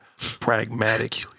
pragmatic